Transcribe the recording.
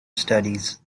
studies